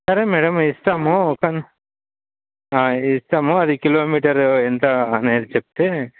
సరే మేడం ఇస్తాము కాని ఇస్తాము అది కిలోమీటరు ఎంత అనేది చెప్తే